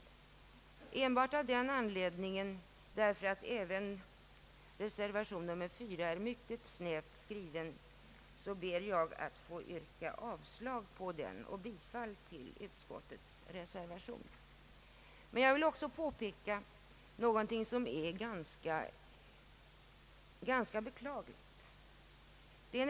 Enbart av den anledningen att reservationen 4 är mycket snävt skriven ber jag att få yrka avslag på den och bifall till utskottets förslag. Men jag vill också peka på något som är ganska beklagligt.